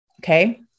Okay